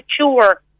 mature